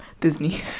Disney